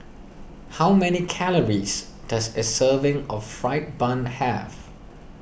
how many calories does a serving of Fried Bun have